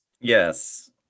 Yes